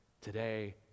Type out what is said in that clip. today